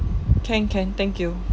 can can thank you